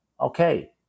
Okay